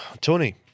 Tony